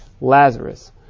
lazarus